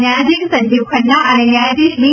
ન્યાયાધીશ સંજીવ ખન્ના અને ન્યાયાધીશ બી